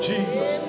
Jesus